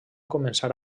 començar